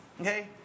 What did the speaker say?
Okay